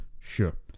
sure